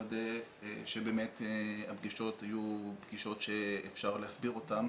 לוודא שבאמת הפגישות היו פגישות שאפשר להסביר אותן,